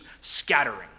scattering